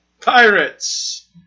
pirates